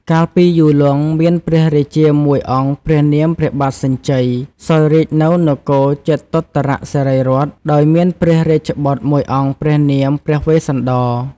កាលពីយូរលង់ មានព្រះរាជាមួយអង្គព្រះនាម ព្រះបាទសញ្ជ័យ សោយរាជ្យនៅនគរជេតុត្តរសិរីរដ្ឋ ដោយមានព្រះរាជបុត្រមួយអង្គព្រះនាម ព្រះវេស្សន្តរ។